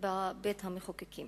בבית-המחוקקים